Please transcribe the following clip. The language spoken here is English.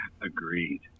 Agreed